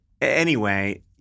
anyway-